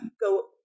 go